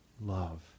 love